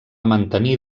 mantenir